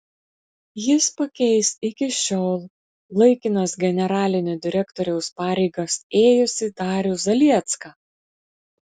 jis pakeis iki šiol laikinas generalinio direktoriaus pareigas ėjusį darių zaliecką